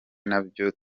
nabyo